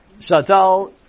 Shadal